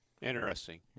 Interesting